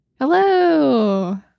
hello